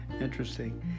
Interesting